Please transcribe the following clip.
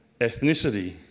ethnicity